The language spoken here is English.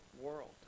world